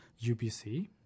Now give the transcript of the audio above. UBC